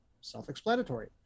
self-explanatory